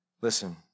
Listen